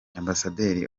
ambasaderi